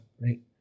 right